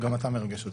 גם אתה מרגש אותי,